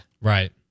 Right